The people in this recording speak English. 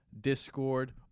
discord